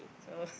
so